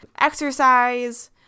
exercise